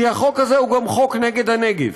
כי החוק הזה הוא גם חוק נגד הנגב.